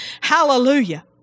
Hallelujah